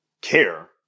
care